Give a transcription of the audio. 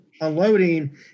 unloading